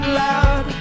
loud